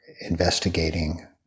investigating